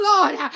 Lord